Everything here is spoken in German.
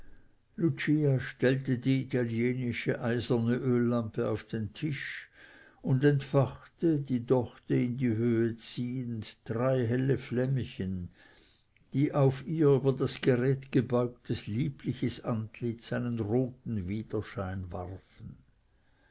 lucia stellte die italienische eiserne öllampe auf den tisch und entfachte die dochte in die höhe ziehend drei helle flämmchen die auf ihr über das gerät gebeugtes liebliches antlitz einen roten widerschein warfen